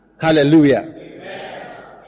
hallelujah